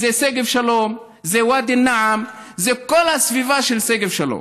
משגב שלום, מוואדי א-נעם, מכל הסביבה של שגב שלום.